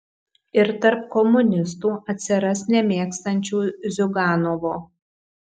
ir tarp komunistų atsiras nemėgstančių ziuganovo